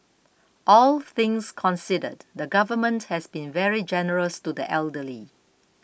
all things considered the government has been very generous to the elderly